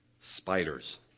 spiders